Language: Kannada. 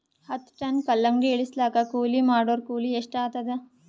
ಹತ್ತ ಟನ್ ಕಲ್ಲಂಗಡಿ ಇಳಿಸಲಾಕ ಕೂಲಿ ಮಾಡೊರ ಕೂಲಿ ಎಷ್ಟಾತಾದ?